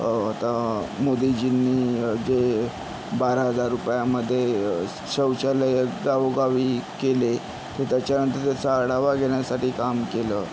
आता मोदीजीनी जे बारा हजार रुपयांमध्ये शौचालयं गावोगावी केले तर त्याच्यानंतर त्याचा आढावा घेण्यासाठी काम केलं